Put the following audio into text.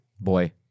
Boy